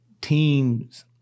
teams